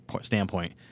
standpoint